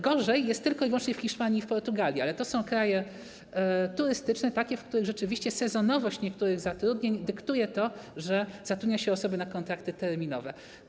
Gorzej jest tylko i wyłącznie w Hiszpanii i w Portugalii, ale to są kraje turystyczne, takie, w których rzeczywiście sezonowość niektórych zatrudnień dyktuje to, że zatrudnia się osoby na kontrakty terminowe.